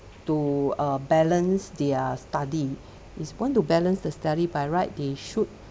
to uh balance their study if want to balance the study by right they should